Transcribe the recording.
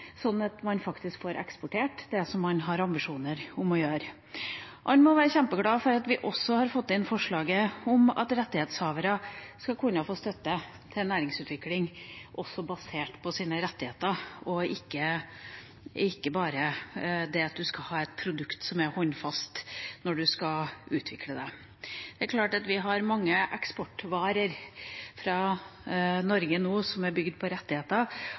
sånn at man faktisk får eksportert det man har ambisjoner om. Man må være kjempeglad for at vi også har fått inn forslaget om at rettighetshavere skal kunne få støtte til næringsutvikling, også basert på sine rettigheter, og ikke bare det at man skal ha et produkt som er håndfast når man skal utvikle det. Vi har mange eksportvarer fra Norge nå som er bygd på rettigheter